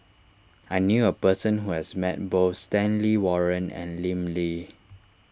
I knew a person who has met both Stanley Warren and Lim Lee